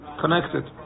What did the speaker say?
connected